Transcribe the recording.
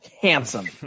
Handsome